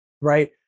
right